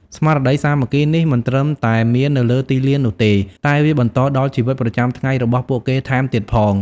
ស្មារតីសាមគ្គីនេះមិនត្រឹមតែមាននៅលើទីលាននោះទេ តែវាបន្តដល់ជីវិតប្រចាំថ្ងៃរបស់ពួកគេថែមទៀតផង។